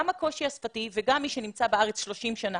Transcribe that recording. גם הקושי השפתי, גם מי שנמצא בארץ 30 שנים